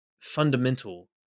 fundamental